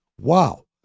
Wow